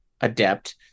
adept